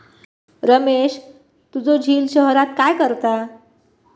रमेश तुझो झिल शहरात काय करता?